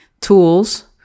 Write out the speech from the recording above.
tools